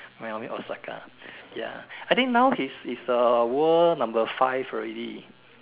Naomi Osaka ya I think now he's is uh world number five already